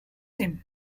him